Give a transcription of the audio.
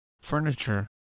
furniture